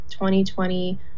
2020